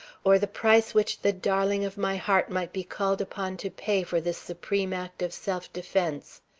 or the price which the darling of my heart might be called upon to pay for this supreme act of self-defence.